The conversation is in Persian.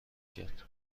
کرد